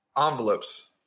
envelopes